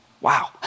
Wow